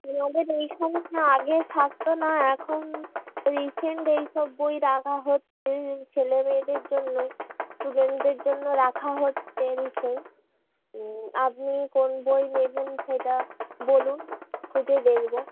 নিয়মের এই সমস্যা আগে থাকতনা এখন রিসেন্ট এই সব বই রাখি হচ্ছে ছেলেমেয়েদের জন্যই স্টুডেন্টদের জন্য রাখা হচ্ছে রিসেন্ট আপনি কোন বই নেবেন সেটা বলুন খুঁজে দেখব